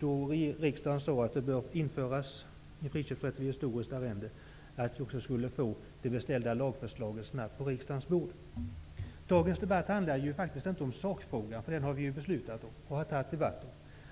när riksdagen sade att det bör införas en friköpsrätt vid historiskt arrende, få det beställda lagförslaget snabbt på riksdagens bord. Det är synd att det inte blev så. Dagens debatt handlar faktiskt inte om sakfrågan, eftersom vi redan har haft debatt och fattat beslut i den frågan.